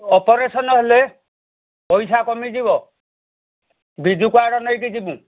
operation ହେଲେ ପଇସା କମି ଯିବ ବିଜୁ କାର୍ଡ଼ ନେଇକି ଯିବୁ